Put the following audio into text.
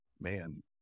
man